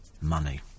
money